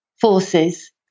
forces